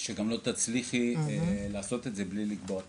גם לא תצליחי לעשות את זה בלי לקבוע תור.